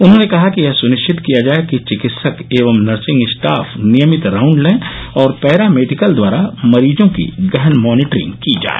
उन्होंने कहा कि यह सुनिश्चित किया जाय कि चिकित्सक एवं नर्सिंग स्टॉफ नियमित राउण्ड लें और पैरामेडिकल द्वारा मरीजों की गहन मानिटनिंग की जाय